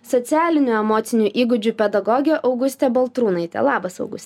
socialinių emocinių įgūdžių pedagogė augustė baltrūnaitė labas augus